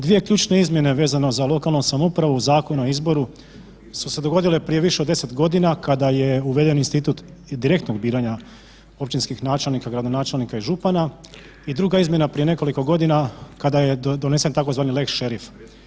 Dvije ključne izmjene vezano za lokalnu samoupravu u zakonu o izbori su se dogodile prije više od 10 godina kada je uveden institut direktnog biranja općinskih načelnika, gradonačelnika i župana i druga izmjena prije nekoliko godina kada je donesen tzv. lex šerif.